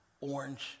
orange